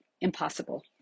impossible